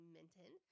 Minton